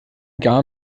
garn